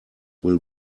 will